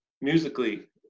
musically